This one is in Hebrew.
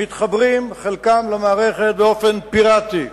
חלקם מתחברים למערכת באופן פיראטי,